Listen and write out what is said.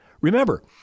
Remember